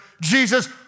Jesus